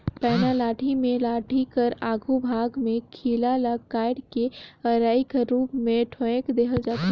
पैना लाठी मे लाठी कर आघु भाग मे खीला ल काएट के अरई कर रूप मे ठोएक देहल जाथे